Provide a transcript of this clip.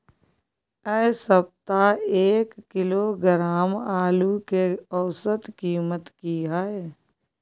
ऐ सप्ताह एक किलोग्राम आलू के औसत कीमत कि हय?